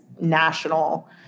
national